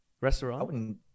restaurant